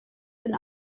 den